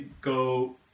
go